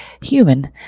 human